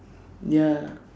ya